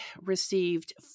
received